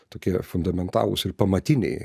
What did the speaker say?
tokie fundamentalūs ir pamatiniai